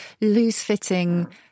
loose-fitting